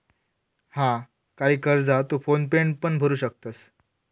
हा, काही कर्जा तू फोन पेन पण भरू शकतंस